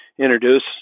introduce